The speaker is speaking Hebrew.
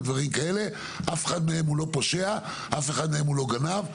אף אחד מהם לא פושע ולא גנב.